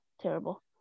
Terrible